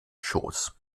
schoß